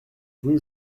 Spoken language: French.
rue